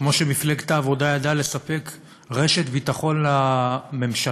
כמו שמפלגת העבודה ידעה לספק רשת ביטחון לממשלות